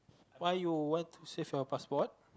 why want to save your passport